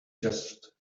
just